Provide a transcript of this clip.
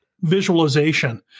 visualization